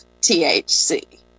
THC